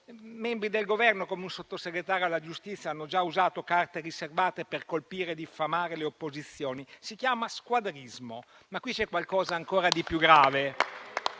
membri del Governo come un Sottosegretario alla giustizia hanno già usato carte riservate per colpire e diffamare le opposizioni. Si chiama squadrismo, ma qui c'è qualcosa di ancora di più grave.